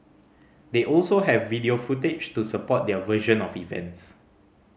they also have video footage to support their version of events